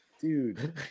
Dude